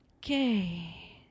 okay